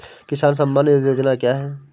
किसान सम्मान निधि योजना क्या है?